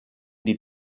die